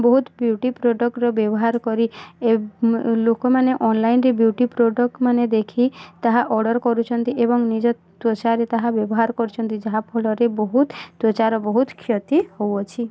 ବହୁତ ବିୟୁଟି ପ୍ରଡ଼କ୍ଟ୍ର ବ୍ୟବହାର କରି ଲୋକମାନେ ଅନଲାଇନ୍ରେ ବିୟୁଟି ପ୍ରଡ଼କ୍ଟ୍ମାନଙ୍କୁ ଦେଖି ତାହା ଅର୍ଡ଼ର୍ କରୁଛନ୍ତି ଏବଂ ନିଜ ତ୍ୱଚାରେ ତାହା ବ୍ୟବହାର କରୁଛନ୍ତି ଯାହା ଫଳରେ ବହୁତ ତ୍ୱଚାର ବହୁତ କ୍ଷତି ହେଉଅଛି